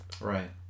Right